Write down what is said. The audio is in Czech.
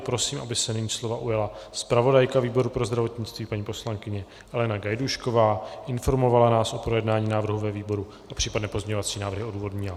Prosím, aby se nyní slova ujala zpravodajka výboru pro zdravotnictví, paní poslankyně Alena Gajdůšková, informovala nás o projednání návrhu ve výboru a případné pozměňovací návrhy odůvodnila.